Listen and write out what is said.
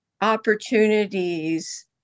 opportunities